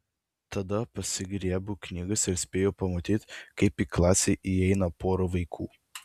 tada pasigriebiu knygas ir spėju pamatyti kaip į klasę įeina pora vaikų